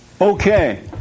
Okay